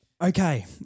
Okay